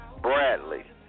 Bradley